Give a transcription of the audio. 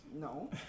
No